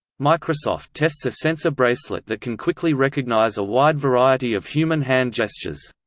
microsoft tests a sensor bracelet that can quickly recognise a wide variety of human hand gestures.